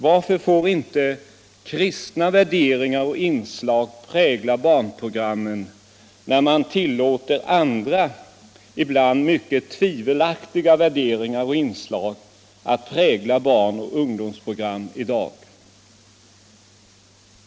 Varför får inte kristna värderingar och inslag prägla barnoch ungdomsprogrammen när andra, ibland mycket tvivelaktiga, värderingar och inslag tillåts prägla dessa program?